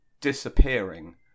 disappearing